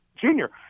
junior